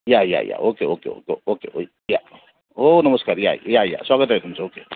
या या या ओके ओके ओके ओके या हो नमस्कार या या या स्वागत आहे तुमचं ओके